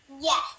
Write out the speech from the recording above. Yes